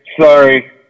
Sorry